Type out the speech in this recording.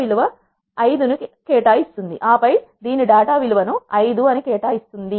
మీరు ఆపై డేటా విలువ 5 కేటాయిస్తుంది